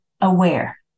aware